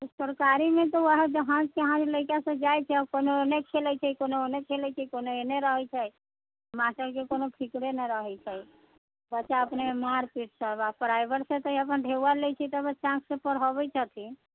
सरकारीमे तऽ वएह जहाँ लइकासब जाइ छै कोनो एन्ने खेलै छै कोनो ओन्ने खेलै छै कोनो एन्ने रहै छै मास्टरके कोनो फिकिरे नहि रहै छै बच्चा अपनेमे मारि पीट सब आओर प्राइवेटसँ तऽ से अपन ढौआ लै छै तऽ बच्चासबके पढ़ाबै छथिन